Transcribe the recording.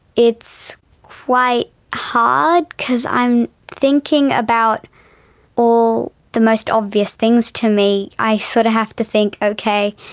it's quite hard cause i'm thinking about all the most obvious things to me. i sort of have to think, okay,